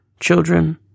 children